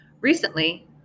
Recently